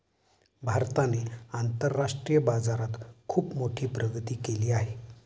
भारताने आंतरराष्ट्रीय बाजारात खुप मोठी प्रगती केली आहे